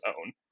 own